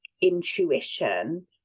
intuition